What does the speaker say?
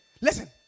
Listen